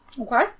Okay